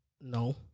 No